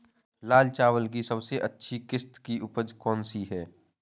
लाल चावल की सबसे अच्छी किश्त की उपज कौन सी है?